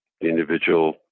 individual